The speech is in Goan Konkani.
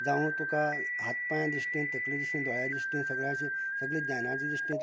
जावं तुकां हात पाय दृश्टेन तकले दृश्टेन दोळ्यां दृश्टेन सगळ्याचें सगळ्यां ज्ञानाचो दृश्टेन